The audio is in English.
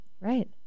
Right